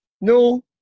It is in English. No